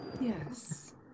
Yes